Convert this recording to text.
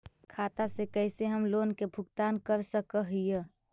खाता से कैसे हम लोन के भुगतान कर सक हिय?